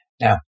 now